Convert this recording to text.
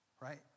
Right